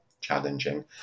challenging